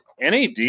NAD